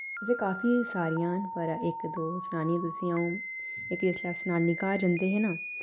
वैसे काफी सारियां न पर इक दो सनान्नी तुसें अ'ऊं इक जिसलै अस नान्नी घर जंदे हे ना